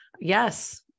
yes